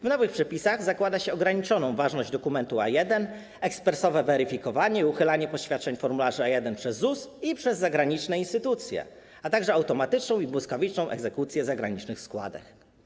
W nowych przepisach zakłada się ograniczoną ważność dokumentu A1, ekspresowe weryfikowanie i uchylanie poświadczeń formularzy A1 przez ZUS i przez zagraniczne instytucje, a także automatyczną i błyskawiczną egzekucję zagranicznych składek.